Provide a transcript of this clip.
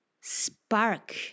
spark